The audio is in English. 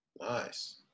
Nice